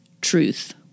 Truth